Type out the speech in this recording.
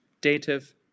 dative